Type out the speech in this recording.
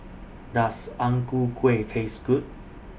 Does Ang Ku Kueh Taste Good